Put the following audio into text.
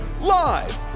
live